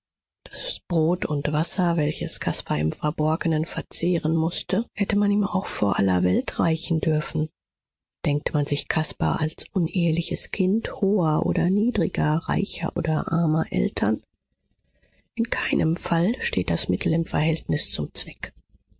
das brot und wasser welches caspar im verborgenen verzehren mußte hätte man ihm auch vor aller welt reichen dürfen denkt man sich caspar als uneheliches kind hoher oder niedriger reicher oder armer eltern in keinem fall steht das mittel im verhältnis zum zweck